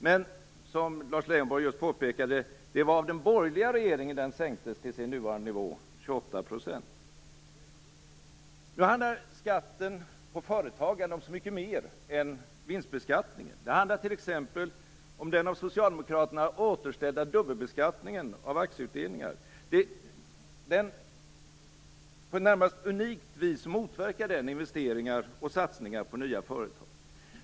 Men, som Lars Leijonborg just påpekade, det var av den borgerliga regeringen den sänktes till sin nuvarande nivå på 28 %. Nu handlar dock skatten på företagande om så mycket mer än vinstbeskattningen. Det handlar t.ex. om den av Socialdemokraterna återställda dubbelbeskattningen av aktieutdelningar, som på ett närmast unikt vis motverkar investeringar och satsningar på nya företag.